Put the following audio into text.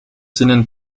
zinnen